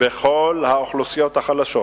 בכל האוכלוסיות החלשות,